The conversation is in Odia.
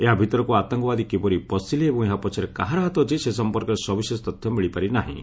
ଏହା ଭିତରକୁ ଆତଙ୍କବାଦୀ କିପରି ପଶିଲେ ଏବଂ ଏହା ପଛରେ କାହାର ହାତ ଅଛି ସେ ସମ୍ପର୍କରେ ସବିଶେଷ ତଥ୍ୟ ମିଳିପାରିନାହିଁ